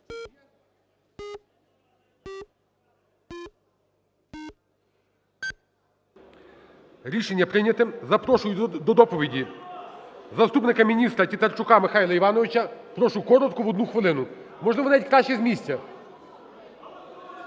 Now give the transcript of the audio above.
Рішення прийнято. Запрошую до доповіді заступника міністра Тітарчука Михайла Івановича. Прошу коротко в одну хвилину. Можливо, навіть краще з місця.